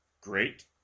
great